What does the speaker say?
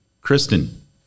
Kristen